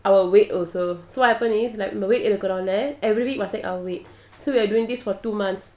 uh weight also so what happen is like எனக்கொரு:enakoru weight மத்த:maththa every week must take our weight so we are doing this for two months